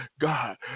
God